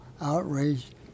outraged